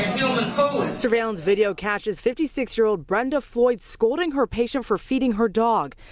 human surveillance video catches fifty six year old brenda floyd scolding her patient for fielding her dog.